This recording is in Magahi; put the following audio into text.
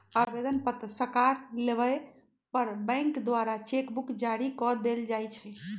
आवेदन पत्र सकार लेबय पर बैंक द्वारा चेक बुक जारी कऽ देल जाइ छइ